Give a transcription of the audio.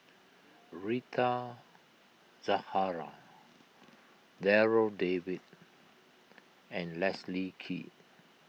Rita Zahara Darryl David and Leslie Kee